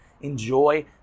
Enjoy